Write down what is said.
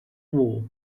war